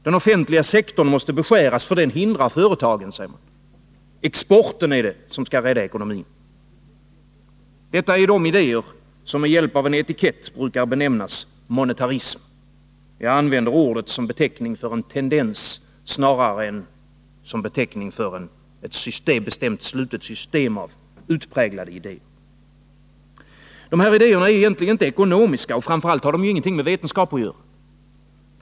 Den offentliga sektorn måste beskäras, för den hindrar företagen, säger man. Exporten är det som skall rädda ekonomin. Detta är de idéer som med hjälp av en etikett brukar benämnas monetarism. Jag använder ordet som beteckning för en tendens snarare än som beteckning för ett bestämt, slutet system av utpräglade idéer. De här idéerna är egentligen inte ekonomiska, och framför allt har de ingenting med vetenskap att göra.